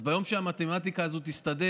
אז ביום שהמתמטיקה הזאת תסתדר,